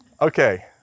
Okay